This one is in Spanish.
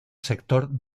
sector